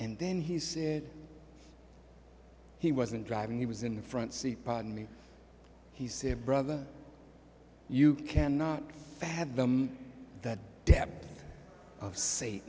and then he said he wasn't driving he was in the front seat pardon me he said brother you cannot fathom that